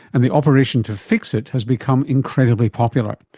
and the operation to fix it has become incredibly popular.